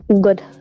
Good